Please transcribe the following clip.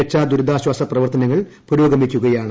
രക്ഷാദുരിതാശ്ചാസ പ്രവർത്തനങ്ങൾ പുരോഗമിക്കുകയാണ്